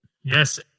Yes